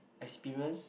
experience